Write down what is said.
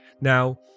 Now